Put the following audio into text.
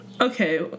Okay